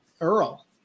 Earl